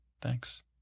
Thanks